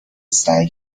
سعی